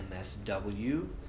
MSW